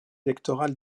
électorale